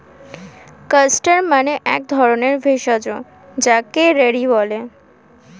castor মানে এক ধরণের ভেষজ যাকে রেড়ি বলে